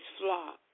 flock